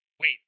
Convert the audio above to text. wait